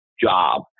job